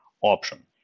option